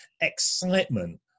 excitement